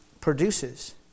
produces